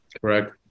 Correct